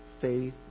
faith